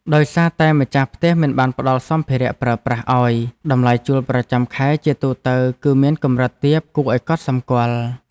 ដោយសារតែម្ចាស់ផ្ទះមិនបានផ្តល់សម្ភារៈប្រើប្រាស់ឱ្យតម្លៃជួលប្រចាំខែជាទូទៅគឺមានកម្រិតទាបគួរឱ្យកត់សម្គាល់។